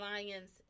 alliance